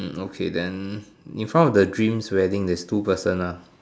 hmm okay then in front of the dreams wedding there's two person ah